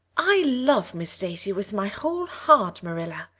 i love miss stacy with my whole heart, marilla.